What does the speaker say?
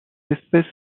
espèce